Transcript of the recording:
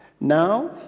Now